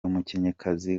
umukinnyikazi